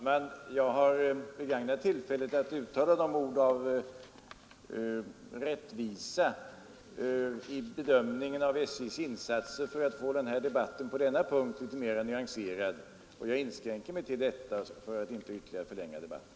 Fru talman! Jag begagnade tillfället att här uttala några ord av rättvisa vid bedömningen av SJ:s och SJ-personalens insatser, för att få debatten på denna punkt mera nyanserad, och jag inskränker mig till det för att inte ytterligare förlänga debatten.